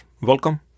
welcome